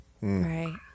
Right